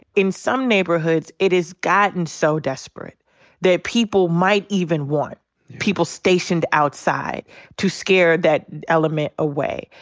in some neighborhoods it has gotten so desperate that people might even want people stationed outside to scare that element away.